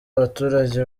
abaturage